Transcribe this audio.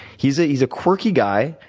he's a he's a quirky guy.